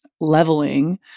leveling